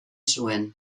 zuen